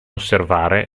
osservare